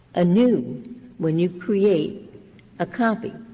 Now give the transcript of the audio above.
a new when you create a copy